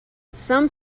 some